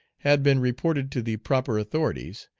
had been reported to the proper authorities,